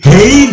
Hey